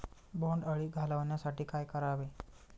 बोंडअळी घालवण्यासाठी काय करावे?